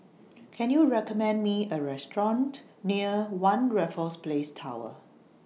Can YOU recommend Me A Restaurant near one Raffles Place Tower